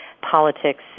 politics